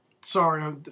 Sorry